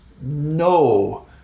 no